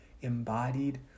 embodied